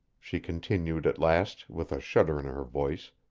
she continued at last, with a shudder in her voice,